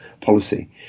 policy